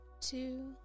two